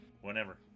Whenever